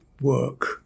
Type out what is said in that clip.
work